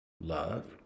love